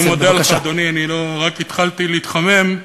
אני מודה לך, אדוני, רק התחלתי להתחמם.